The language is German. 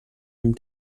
dem